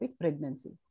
pregnancy